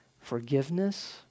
forgiveness